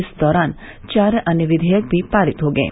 इस दौरान चार अन्य विघेयक भी पारित हो गये